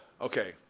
okay